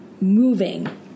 moving